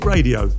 Radio